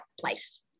place